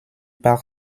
par